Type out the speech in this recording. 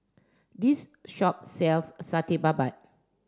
this shop sells Satay Babat